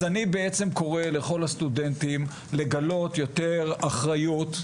אז אני בעצם קורא לכל הסטודנטים לגלות יותר אחריות,